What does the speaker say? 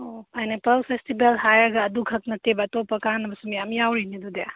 ꯑꯣ pineapple festival ꯍꯥꯏꯔꯒ ꯑꯗꯨ ꯈꯛ ꯅꯠꯇꯦꯕ ꯑꯇꯣꯞꯄ ꯀꯥꯟꯅꯕꯁꯨ ꯃꯌꯥꯝ ꯌꯥꯎꯔꯤ ꯑꯗꯨꯗꯤ